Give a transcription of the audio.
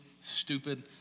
stupid